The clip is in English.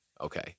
Okay